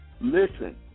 listen